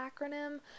acronym